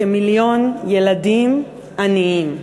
כמיליון ילדים עניים.